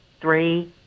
three